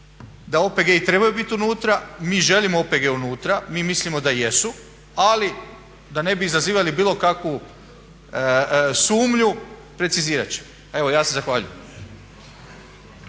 da OPG-i trebaju biti unutra, mi želimo OPG unutra, mi mislimo da jesu, ali da ne bi izazivali bilo kakvu sumnju precizirat ćemo. Evo ja se zahvaljujem.